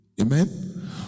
Amen